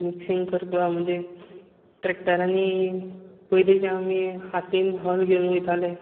mixing करपाक म्हणजे ट्रॅक्टरानी पयलीं जे आमी हातांत हल घेवन वताले